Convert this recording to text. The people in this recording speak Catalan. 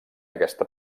aquesta